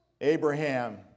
Abraham